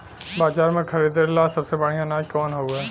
बाजार में खरदे ला सबसे बढ़ियां अनाज कवन हवे?